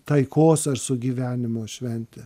taikos ar sugyvenimo šventė